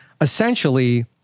essentially